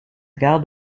gare